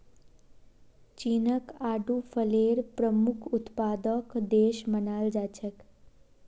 चीनक आडू फलेर प्रमुख उत्पादक देश मानाल जा छेक